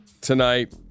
tonight